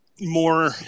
more